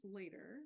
later